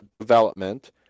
development